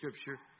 scripture